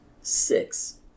Six